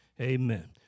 Amen